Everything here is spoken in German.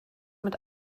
mit